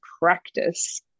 practice